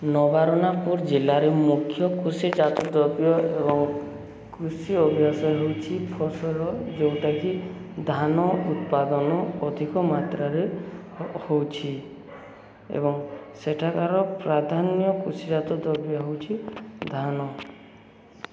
ନବରଣପୁର ଜିଲ୍ଲାରେ ମୁଖ୍ୟ କୃଷିଜାତୀୟ ଦ୍ରବ୍ୟ ଏବଂ କୃଷି ଅଭ୍ୟାସ ହେଉଛି ଫସଲ ଯେଉଁଟାକି ଧାନ ଉତ୍ପାଦନ ଅଧିକ ମାତ୍ରାରେ ହେଉଛି ଏବଂ ସେଠାକାର ପ୍ରାଧାନ୍ୟ କୃଷିଜାତୀୟ ଦ୍ରବ୍ୟ ହେଉଛି ଧାନ